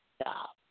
stop